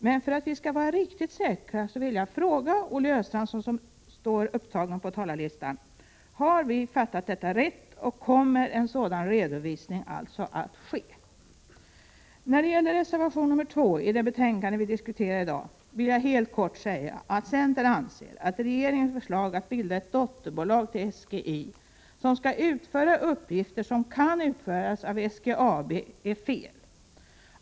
Men för att vi skall vara riktigt säkra vill jag fråga Olle Östrand, som står upptagen på talarlistan: Har vi uppfattat detta rätt, och kommer en sådan redovisning alltså att ske? När det gäller reservation 2 i det betänkande som vi diskuterar i dag vill jag helt kort säga att centern anser att regeringens förslag om att bilda ett dotterbolag till SGI, ett bolag som skall utföra uppgifter som kan utföras av SGAB, är felaktigt.